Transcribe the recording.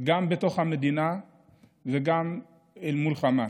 גם בתוך המדינה וגם אל מול חמאס.